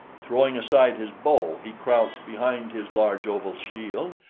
throwing aside his bow, he crouched behind his large oval shield,